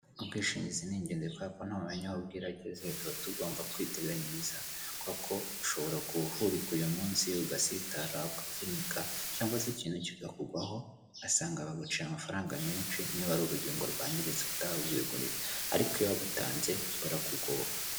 Ubwishingizi ni ingenzi kuberako ntawe umenya aho bwira ageze, tuba tugomba kwiteganyirizako, kuberako ushobora kuhurika uyu munsi ugasitara, ukavunika, cyangwa se ikintu kikakugwaho ugasanga baguciye amafaranga menshi, niba ari urugingo rwangiritse utarwigurira. Ariko iyo babutanze barakugoboka.